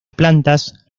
plantas